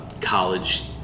college